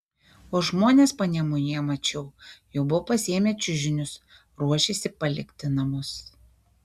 o žmonės panemunėje mačiau jau buvo pasiėmę čiužinius ruošėsi palikti namus